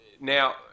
Now